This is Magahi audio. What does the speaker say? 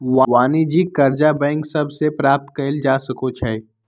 वाणिज्यिक करजा बैंक सभ से प्राप्त कएल जा सकै छइ